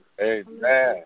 Amen